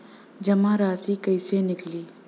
जमा राशि कइसे निकली?